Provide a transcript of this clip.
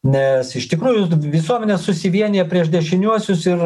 nes iš tikrųjų visuomenė susivienija prieš dešiniuosius ir